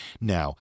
Now